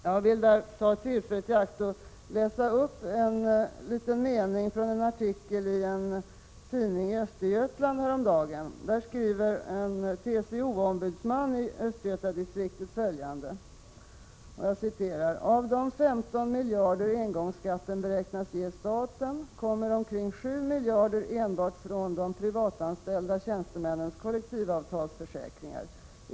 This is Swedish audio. Jag vill därför ta tillfället i akt och läsa upp ett par meningar ur en artikel ur en tidning i Östergötland häromdagen. Där skriver en TCO-ombudsman i Östgötadistriktet följande: ”Av de 15 miljarder engångsskatten beräknas ge staten kommer omkring 7 miljarder enbart från de privatanställda tjänstemännens kollektivavtalsförsäkringar.